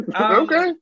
Okay